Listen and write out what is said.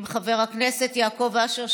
עם חבר הכנסת יעקב אשר,